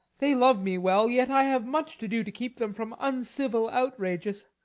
they love me well yet i have much to do to keep them from uncivil outrages.